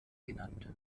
genannt